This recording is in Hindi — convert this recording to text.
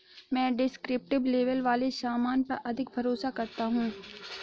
मैं डिस्क्रिप्टिव लेबल वाले सामान पर अधिक भरोसा करता हूं